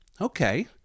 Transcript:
okay